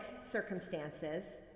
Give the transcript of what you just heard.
circumstances